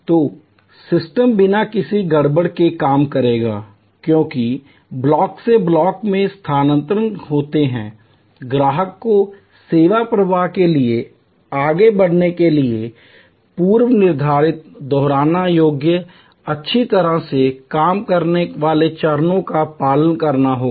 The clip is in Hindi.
तो सिस्टम बिना किसी गड़बड़ के काम करेगा क्योंकि ब्लॉक से ब्लॉक में स्थानांतरण होते हैं ग्राहक को सेवा प्रवाह के लिए आगे बढ़ने के लिए पूर्व निर्धारित दोहराने योग्य अच्छी तरह से काम करने वाले चरणों का पालन करना होगा